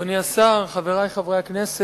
תודה רבה, אדוני השר, חברי חברי הכנסת